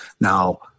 Now